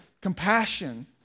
compassion